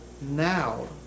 now